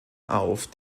auf